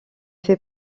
fait